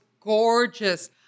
gorgeous